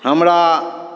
हमरा